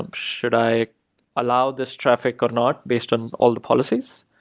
um should i allow this traffic or not based on all the policies?